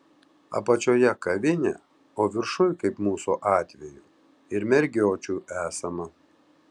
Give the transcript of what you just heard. apačioje kavinė o viršuj kaip mūsų atveju ir mergiočių esama